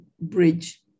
Bridge